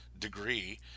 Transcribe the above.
degree